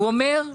הוא אומר: